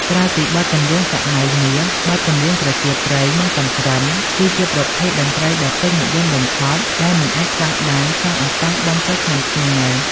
ក្រៅពីបទចម្រៀងសម័យមាស បទចម្រៀងប្រជាប្រិយ និងកន្ទ្រឹម គឺជាប្រភេទតន្ត្រីដ៏ពេញនិយមបំផុតដែលមិនអាចខ្វះបានក្នុងឱកាសបុណ្យចូលឆ្នាំខ្មែរ។